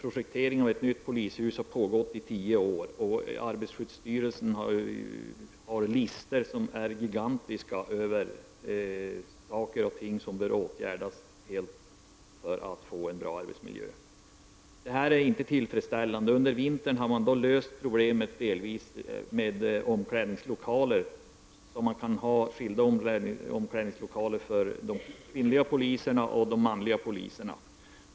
Projekteringen av ett nytt polishus har pågått i tio år, och arbetarskyddsstyrelsen har gigantiska listor över saker och ting som behöver åtgärdas för att man skall få en bra arbetsmiljö. Detta är inte tillfredsställande. Med tanke på vintern har man delvis löst problemet med omklädningslokaler, så att man kan ha skilda omklädningsrum för de kvinnliga poliserna och de manliga poliserna.